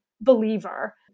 believer